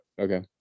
okay